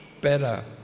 better